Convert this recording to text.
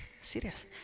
Serious